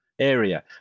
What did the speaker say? area